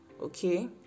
okay